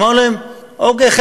אמרנו להם: אוקיי,